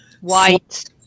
White